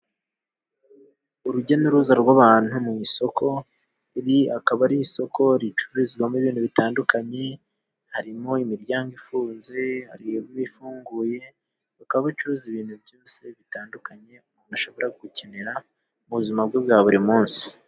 Urujya n'uruza rw'abantu mu isoko ,iri rikaba ari isoko ricururizwamo ibintu bitandukanye ,harimo imiryango ifunze, hari ifunguye ,bakaba bacuruza ibintu byose bitandukanye, umuntu ashobora gukenera ,mu buzima bwe bwa buri munsi.